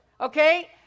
okay